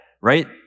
right